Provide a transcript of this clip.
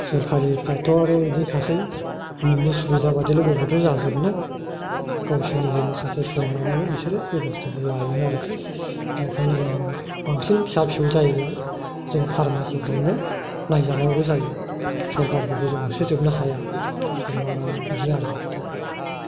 सरखारिफ्राथ' आरो बिदिनोखासै नोंनि सुबिदा बादिलाय बबावथो जाजोबनो गावसोरनिबो माखासे सम लानानै बिसोरो बेब'स्ताखौ लायो आरो दा ओंखायनो जों बांसिन फिसा फिसौ जायोब्ला जों फारमासिफ्रावनो नायजानांगौ जायो सरखारफोरखौ जों होसोजोबनो हाया सम लानानै बिदि आरो खोथाया